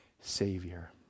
Savior